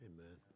Amen